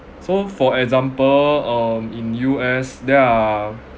so for example um in U_S there are